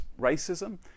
racism